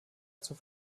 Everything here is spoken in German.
zur